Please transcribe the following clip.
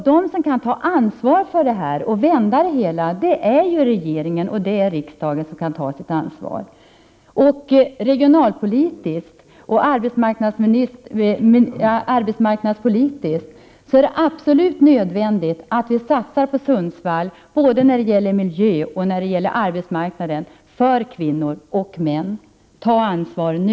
De som kan ta ansvar för och vända på det hela är regeringen och riksdagen. Regionalpolitiskt och arbetsmarknadspolitiskt är det absolut nödvändigt att vi satsar på Sundsvall både när det gäller miljö och när det gäller arbetsmarknaden för kvinnor och män. Ta ansvar nu!